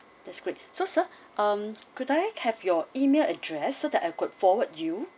that's great so sir um could I have your email address so that I could forward you